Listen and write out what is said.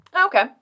Okay